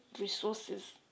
resources